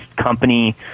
company